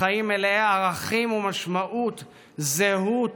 כחיים מלאי ערכים ומשמעות, זהות,